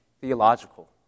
theological